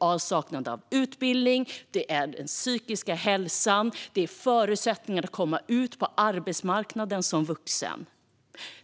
avsaknad av utbildning, psykisk hälsa och förutsättningar att komma ut på arbetsmarknaden som vuxen.